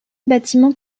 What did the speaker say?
bâtiment